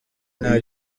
nta